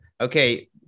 okay